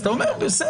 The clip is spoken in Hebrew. אז אתה אומר בסדר,